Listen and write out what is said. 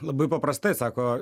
labai paprastai sako